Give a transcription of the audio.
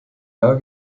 jahr